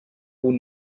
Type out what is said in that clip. who